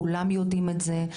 כולם יודעים את זה,